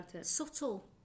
subtle